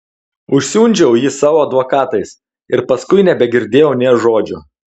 užsiundžiau jį savo advokatais ir paskui nebegirdėjau nė žodžio